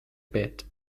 bit